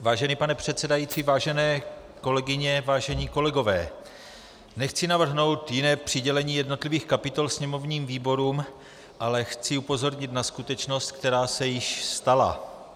Vážený pane předsedající, vážené kolegyně, vážení kolegové, nechci navrhnout jiné přidělení jednotlivých kapitol sněmovním výborům, ale chci upozornit na skutečnost, která se již stala.